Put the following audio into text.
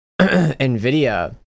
NVIDIA